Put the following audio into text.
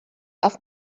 auf